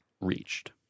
reached